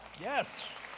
Yes